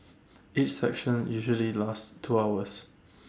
each session usually lasts two hours